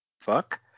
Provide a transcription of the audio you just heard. fuck